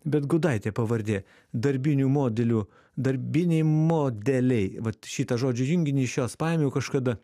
bet gudaitė pavardė darbinių modelių darbiniai modeliai vat šitą žodžių junginį iš jos paėmiau kažkada